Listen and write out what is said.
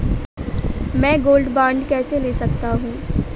मैं gold bond कैसे ले सकता हूँ?